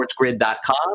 sportsgrid.com